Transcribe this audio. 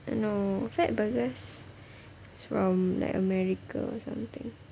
no fatburgers is from like america or something